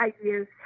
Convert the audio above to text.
ideas